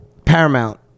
paramount